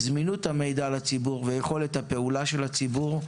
זמינות המידע לציבור ויכולת הפעולה של הציבור.